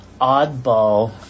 oddball